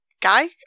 guy